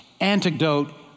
antidote